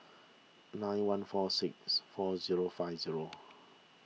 nine one four six four zero five zero